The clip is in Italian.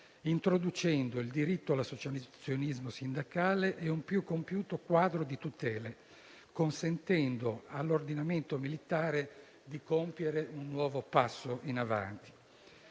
introducendo il diritto all'associazionismo sindacale e un più compiuto quadro di tutele, consentendo all'ordinamento militare di compiere un nuovo passo in avanti.